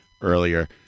earlier